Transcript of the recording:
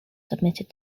submitted